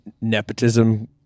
Nepotism